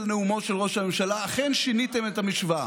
נאומו של ראש הממשלה: אכן שיניתם את המשוואה.